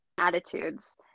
attitudes